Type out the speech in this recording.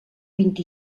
vint